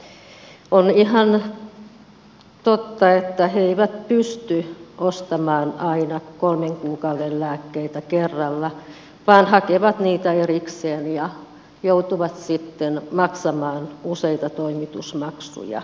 on ihan totta että he eivät pysty ostamaan aina kolmen kuukauden lääkkeitä kerralla vaan hakevat niitä erikseen ja joutuvat sitten maksamaan useita toimitusmaksuja